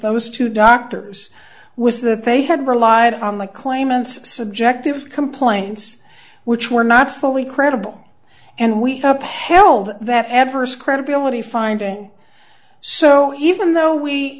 those two doctors was that they had relied on the claimants subjective complaints which were not fully credible and we upheld that everest credibility finding so even though we